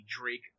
Drake